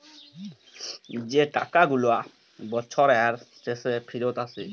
যে টাকা গুলা বসরের শেষে ফিরত আসে